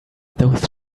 those